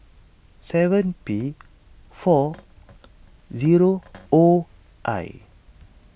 seven P four zero O I